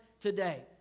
today